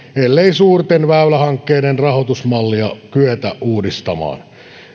ellei suurten väylähankkeiden rahoitusmallia kyetä uudistamaan